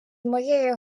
моєю